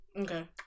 Okay